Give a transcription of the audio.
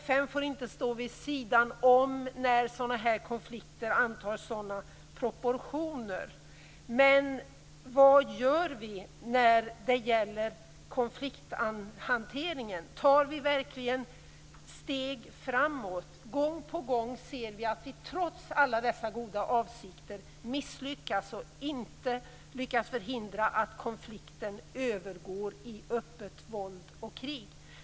FN får inte stå vid sidan om när konflikter antar sådana här proportioner. Vad gör vi när det gäller konflikthanteringen? Tar vi verkligen steg framåt? Gång på gång ser vi att vi trots alla goda avsikter misslyckas och inte kan förhindra att konflikter övergår i öppet våld och krig.